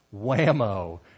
Whammo